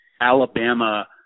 Alabama